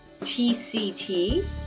TCT